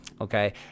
okay